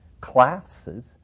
classes